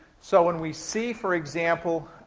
so when we see, for example,